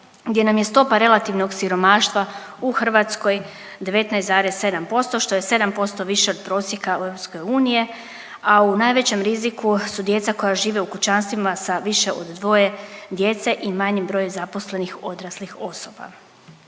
gdje nam je stopa relativnog siromaštva u Hrvatskoj 19,7% što je 7% više od prosjeka EU, a u najvećem riziku su djeca koja žive u kućanstvima sa više od dvoje djece i manjim brojem zaposlenih odraslih osoba.